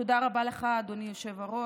תודה רבה לך, אדוני היושב-ראש,